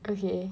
okay